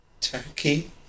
turkey